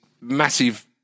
massive